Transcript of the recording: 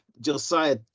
Josiah